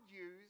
use